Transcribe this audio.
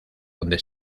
donde